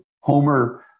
Homer